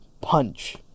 punch